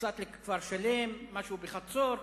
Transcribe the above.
קצת לכפר-שלם, משהו בחצור,